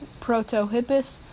Protohippus